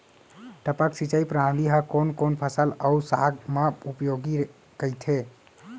टपक सिंचाई प्रणाली ह कोन कोन फसल अऊ साग म उपयोगी कहिथे?